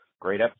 Great